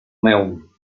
meu